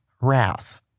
Wrath